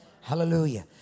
Hallelujah